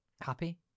Happy